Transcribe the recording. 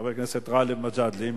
חבר הכנסת גאלב מג'אדלה.